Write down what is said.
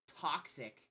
toxic